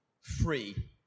free